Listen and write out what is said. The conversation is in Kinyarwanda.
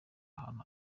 ahantu